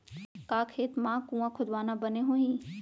का खेत मा कुंआ खोदवाना बने होही?